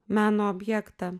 meno objektą